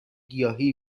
گیاهی